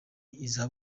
iza